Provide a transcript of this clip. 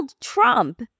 Trump